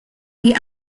the